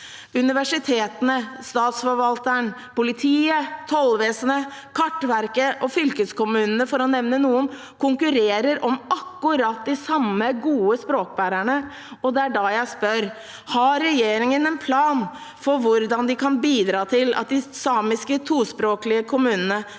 Universitetene, Statsforvalteren, politiet, tollvesenet, Kartverket og fylkeskommunene, for å nevne noen, konkurrerer om akkurat de samme gode språkbærerne, og da spør jeg: Har regjeringen en plan for hvordan de kan bidra til at de samiske tospråklige kommunene